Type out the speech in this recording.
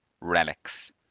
relics